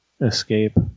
escape